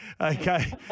Okay